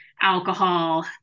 alcohol